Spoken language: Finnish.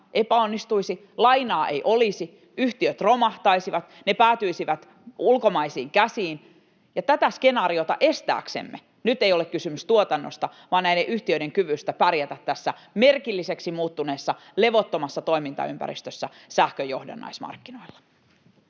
epäonnistuisi — lainaa ei olisi, yhtiöt romahtaisivat, ja ne päätyisivät ulkomaisiin käsiin. Tätä skenaariota estääksemme, nyt ei ole kysymys tuotannosta vaan näiden yhtiöiden kyvystä pärjätä tässä merkilliseksi muuttuneessa, levottomassa toimintaympäristössä sähkön johdannaismarkkinoilla.